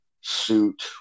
suit